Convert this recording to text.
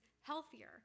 healthier